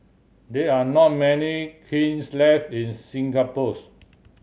there are not many kilns left in Singapore's